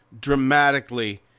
dramatically